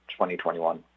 2021